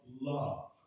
love